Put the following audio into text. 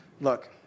Look